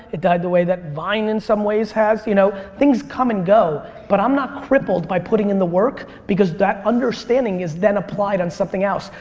it died the way that vine in some ways has. you know things come and go but i'm not crippled by putting in the work because that understanding is then applied on something else.